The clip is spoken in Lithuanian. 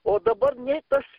o dabar nei tas